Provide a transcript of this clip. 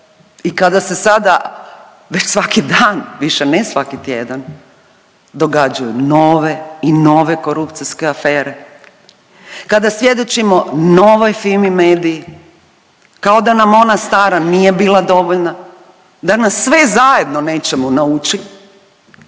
i kada se sada već svaki dan više ne svaki tjedan događaju nove i nove korupcijske afere, kada svjedočimo novoj FIMI MEDIJI kao da nam ona stara nije bila dovoljna, da nas sve zajedno nečemu nauči